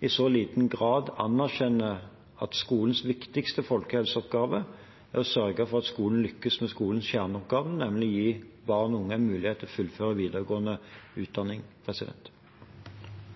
i så liten grad anerkjenner at skolens viktigste folkehelseoppgave er å sørge for at skolen lykkes med skolens kjerneoppgave, nemlig å gi barn og unge en mulighet til å fullføre videregående